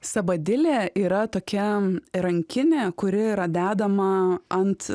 sabadilė yra tokia rankinė kuri yra dedama ant